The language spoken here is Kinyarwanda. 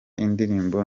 indirimbo